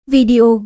Video